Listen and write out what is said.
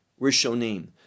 rishonim